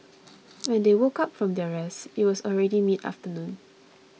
when they woke up from their rest it was already midfternoon